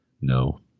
No